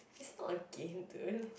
is not a game dude